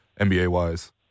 NBA-wise